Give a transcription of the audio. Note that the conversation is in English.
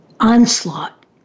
Onslaught